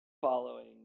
following